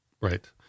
Right